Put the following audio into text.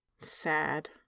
Sad